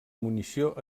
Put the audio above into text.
munició